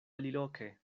aliloke